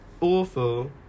Awful